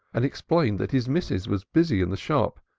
and explained that his missus was busy in the shop,